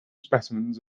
specimens